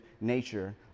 nature